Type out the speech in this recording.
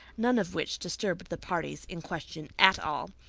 none of which disturbed the parties in question at all.